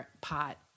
pot